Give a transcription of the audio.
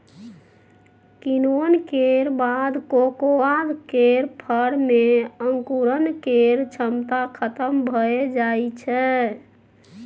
किण्वन केर बाद कोकोआ केर फर मे अंकुरण केर क्षमता खतम भए जाइ छै